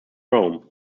rome